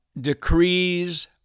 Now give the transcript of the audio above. decrees